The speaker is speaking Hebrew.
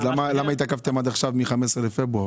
אז למה התעכבתם עד עכשיו מ-15 בפברואר?